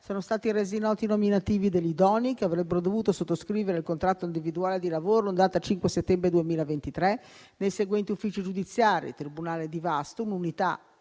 sono stati resi noti i nominativi degli idonei che avrebbero dovuto sottoscrivere il contratto individuale di lavoro in data 5 settembre 2023 nei seguenti uffici giudiziari: tribunale di Vasto, un'unità;